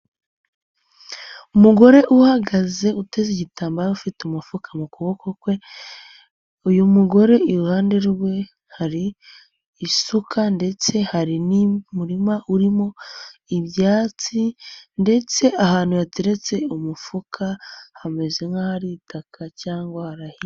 Umugore uhagaze uteze igitambaro afite umufuka mu kuboko kwe, uyu mugore iruhande rwe hari isuka ndetse hari n'umurima urimo ibyatsi ndetse ahantu hateretse umufuka, hameze nk'ahari itaka cyangwa hararhinze.